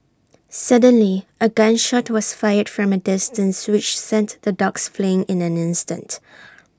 suddenly A gun shot was fired from A distance which sent the dogs fleeing in an instant